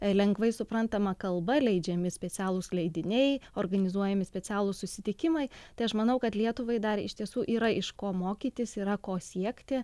lengvai suprantama kalba leidžiami specialūs leidiniai organizuojami specialūs susitikimai tai aš manau kad lietuvai dar iš tiesų yra iš ko mokytis yra ko siekti